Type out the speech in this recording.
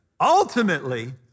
ultimately